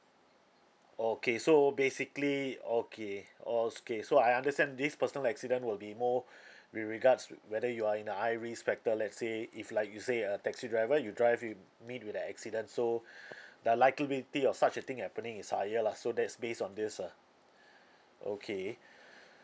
okay so basically okay okay so I understand this personal accident will be more with regards wh~ whether you are in a high risk factor let's say if like you say a taxi driver you drive yo~ meet with a accident so the likability of such a thing happening is higher lah so that's based on this ah okay